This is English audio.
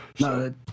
no